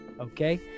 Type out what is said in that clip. okay